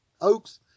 oaks